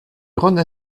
grande